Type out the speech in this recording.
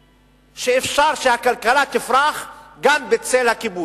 המסוכנת שאפשר שהכלכלה תפרח גם בצל הכיבוש.